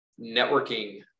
networking